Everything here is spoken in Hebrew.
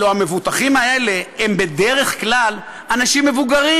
הרי המבוטחים האלה הם בדרך כלל אנשים מבוגרים.